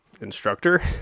instructor